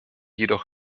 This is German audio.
jedoch